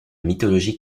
mythologie